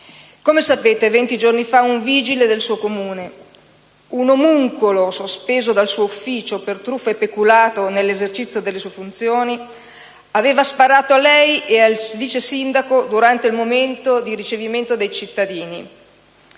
Come sapete, venti giorni fa un vigile del suo Comune, un omuncolo sospeso dal suo ufficio per truffa e peculato nell'esercizio delle sue funzioni, aveva sparato a lei e al vice sindaco durante il momento di ricevimento dei cittadini.